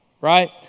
right